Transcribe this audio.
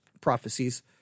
prophecies